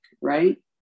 right